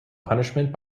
punishment